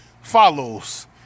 follows